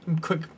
quick